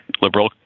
liberal